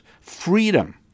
freedom